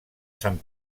sant